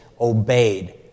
obeyed